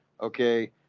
okay